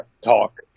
Talk